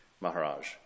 Maharaj